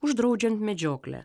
uždraudžiant medžioklę